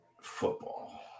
Football